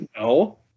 no